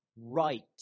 right